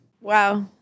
Wow